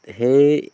সেই